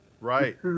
Right